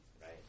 right